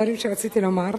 הדברים שרציתי לומר,